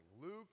Luke